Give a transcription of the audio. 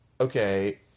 Okay